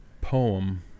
poem